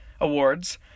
Awards